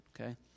okay